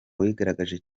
wigaragaje